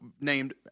named